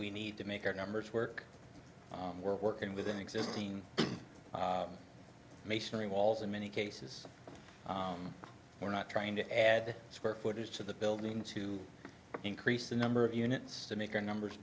we need to make our numbers work we're working within existing masonry walls in many cases we're not trying to add square footage to the building to increase the number of units to make our numbers